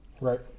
Right